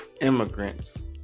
immigrants